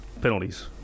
Penalties